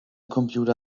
computer